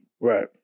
Right